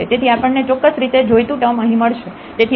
તેથી આપણને ચોક્કસ રીતે જોઈતું ટર્મ અહીં મળશે